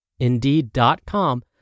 Indeed.com